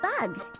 bugs